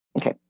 Okay